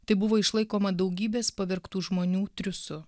tai buvo išlaikoma daugybės pavergtų žmonių triūsu